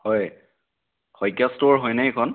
হয় শইকীয়া ষ্ট'ৰ হয়নে এইখন